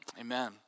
Amen